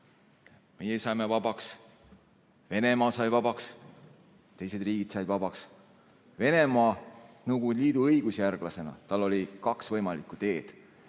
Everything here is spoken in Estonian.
Meie saime vabaks. Venemaa sai vabaks. Teised riigid said vabaks. Venemaal Nõukogude Liidu õigusjärglasena oli kaks võimalikku teed: